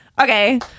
okay